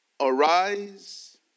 Arise